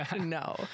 No